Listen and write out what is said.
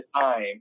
time